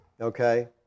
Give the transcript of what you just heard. Okay